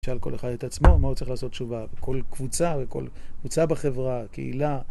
ישאל כל אחד את עצמו מה הוא צריך לעשות תשובה, בכל קבוצה וכל קבוצה בחברה, קהילה